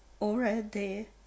already